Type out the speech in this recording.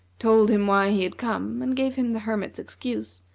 told him why he had come, and gave him the hermit's excuse,